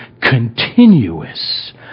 continuous